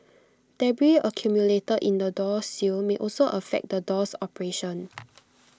debris accumulated in the door sill may also affect the door's operation